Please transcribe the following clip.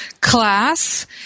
class